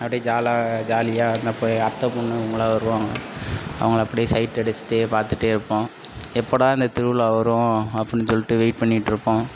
அப்படியே ஜாலா ஜாலியாக அங்கே போய் அத்தை பொண்ணு இவங்கலாம் வருவாங்க அவங்கள அப்படியே சைட் அடிச்சிகிட்டே பார்த்துட்டே இருப்போம் எப்படா இந்த திருவிழா வரும் அப்படினு சொல்லிகிட்டு வெயிட் பண்ணிட்யிருப்போம்